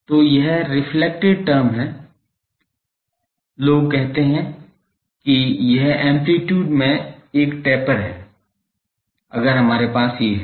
तो यह reflected term हैं लोग कहते हैं कि यह एम्पलीटूड में एक टेपर है अगर हमारे पास ये हैं